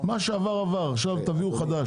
מה שעבר עבר, עכשיו תביאו חדש.